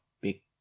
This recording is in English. big